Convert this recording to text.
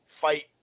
fight